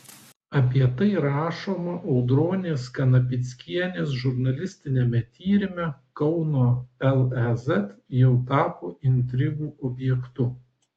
apie tai rašoma audronės kanapickienės žurnalistiniame tyrime kauno lez jau tapo intrigų objektu